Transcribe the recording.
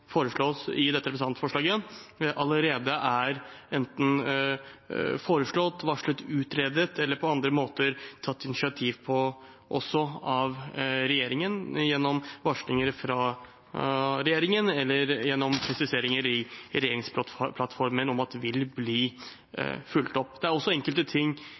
foreslås i dette representantforslaget, allerede enten er foreslått, varslet utredet eller på andre måter tatt initiativ til, også av regjeringen gjennom varslinger fra regjeringen eller gjennom presiseringer i regjeringsplattformen om at vil bli fulgt opp. Det er også enkelte ting